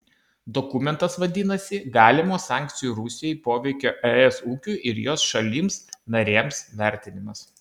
dokumentas vadinasi galimo sankcijų rusijai poveikio es ūkiui ir jos šalims narėms vertinimas